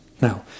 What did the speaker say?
Now